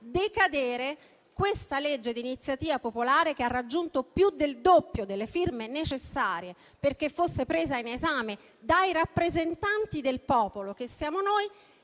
decadere questo disegno di legge di iniziativa popolare che ha raggiunto più del doppio delle firme necessarie perché fosse presa in esame dai rappresentanti del popolo, che siamo noi,